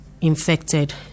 infected